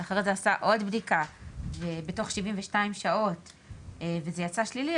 ואחרי זה עשה עוד בדיקה בתוך 72 ויצא שלילי,